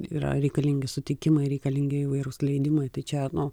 yra reikalingi sutikimai reikalingi įvairūs leidimai tai čia nu